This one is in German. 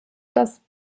das